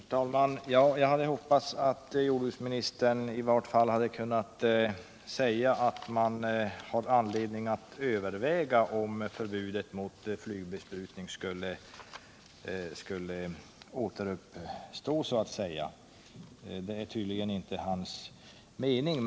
Herr talman! Jag hade hoppats att jordbruksministern skulle säga att man i varje fall har anledning att överväga att så att säga återuppliva förbudet mot flygbesprutning, men det är tydligen inte hans mening.